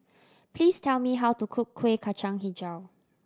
please tell me how to cook Kueh Kacang Hijau